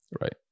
Right